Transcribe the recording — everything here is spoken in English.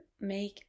make